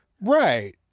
Right